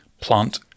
plant